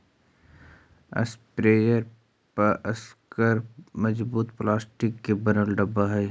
sprayer पअक्सर मजबूत plastic के बनल डब्बा हई